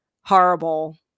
horrible